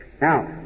Now